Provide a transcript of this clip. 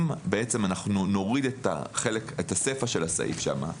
אם נוריד את הסיפא של הסעיף שם,